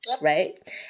right